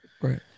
Right